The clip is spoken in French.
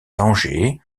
tanger